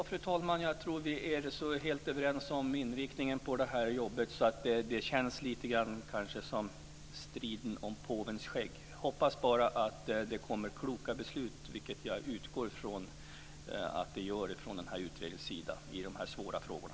Fru talman! Jag tror att vi är helt överens om inriktningen på utredningens arbete, så det här känns lite grann som striden om påvens skägg. Jag hoppas bara att det kommer kloka beslut, vilket jag utgår från att det gör, från utredningens sida i de här svåra frågorna.